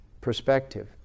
perspective